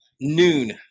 noon